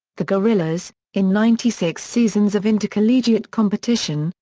the gorillas, in ninety six seasons of intercollegiate competition,